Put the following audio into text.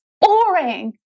Boring